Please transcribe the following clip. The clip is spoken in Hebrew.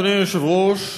אדוני היושב-ראש,